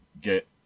Get